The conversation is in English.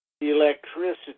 electricity